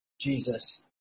Jesus